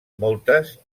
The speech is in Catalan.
moltes